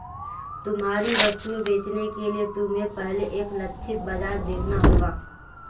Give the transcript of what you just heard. तुम्हारी वस्तुएं बेचने के लिए तुम्हें पहले एक लक्षित बाजार देखना होगा